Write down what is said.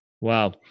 Wow